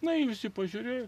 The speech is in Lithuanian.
nuėjusi pažiūrėti